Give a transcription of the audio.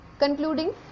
Concluding